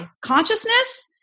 consciousness